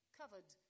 covered